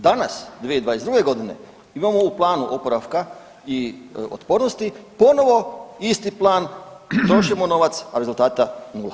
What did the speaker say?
Danas 2022.g. imamo u planu oporavka i otpornosti ponovo isti plan, trošimo novac, a rezultata nula.